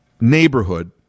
neighborhood